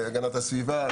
הגנת הסביבה,